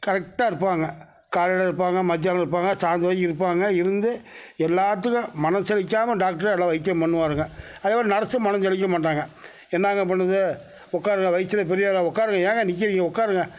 கரெட்டாக இருப்பாங்க காலைல இருப்பாங்க மத்தியானம் இருப்பாங்க சாயந்தரம் இருப்பாங்க இருந்து எல்லாத்துக்கும் மனதை வைக்காம டாக்டரு நல்ல வைத்தியம் பண்ணுவாங்க அதே போல நர்ஸும் மனசளிக்க மாட்டாங்க என்னங்க பண்ணுவது உட்காருங்க வயதில் பெரியவங்க உட்காருங்க ஏங்க நிக்கிறிங்க உட்காருங்க